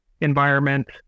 environment